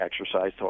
exercise